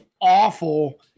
Awful